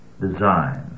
design